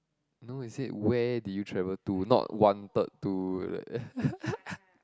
no you said where did you travel to not wanted to